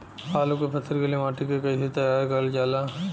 आलू क फसल के लिए माटी के कैसे तैयार करल जाला?